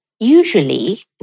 Usually